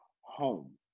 home